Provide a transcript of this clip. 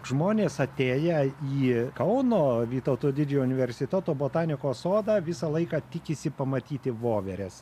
žmonės atėję į kauno vytauto didžiojo universiteto botanikos sodą visą laiką tikisi pamatyti voveres